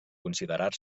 considerar